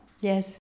Yes